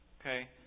Okay